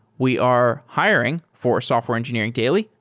we are hiring for software engineering daily,